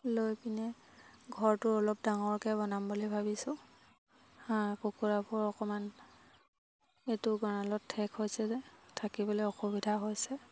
লৈ পিনে ঘৰটো অলপ ডাঙৰকৈ বনাম বুলি ভাবিছোঁ হাঁহ কুকুৰাবোৰ অকমান এইটো গড়ালত ঠেক হৈছে যে থাকিবলৈ অসুবিধা হৈছে